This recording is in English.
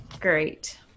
Great